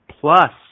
plus